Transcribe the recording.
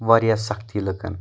واریاہ سختی لُکن